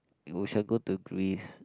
we shall go to Greece